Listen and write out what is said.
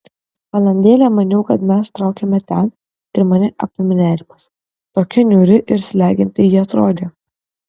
valandėlę maniau kad mes traukiame ten ir mane apėmė nerimas tokia niūri ir slegianti ji atrodė